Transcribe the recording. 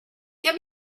get